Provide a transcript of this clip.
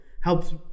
helps